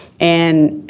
and